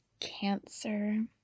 cancer